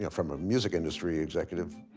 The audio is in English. yeah from a music industry executive,